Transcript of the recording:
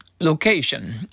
Location